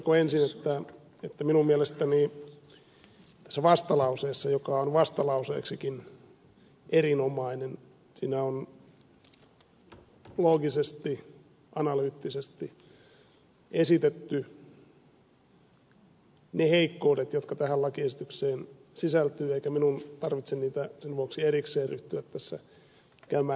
todettakoon ensin että minun mielestäni tässä vastalauseessa joka on vastalauseeksikin erinomainen on loogisesti analyyttisesti esitetty ne heikkoudet jotka tähän lakiesitykseen sisältyvät eikä minun tarvitse niitä sen vuoksi erikseen ryhtyä tässä käymään läpi